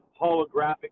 holographic